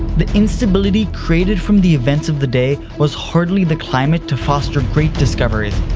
the instability created from the events of the day was hardly the climate to foster great discoveries,